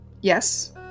Yes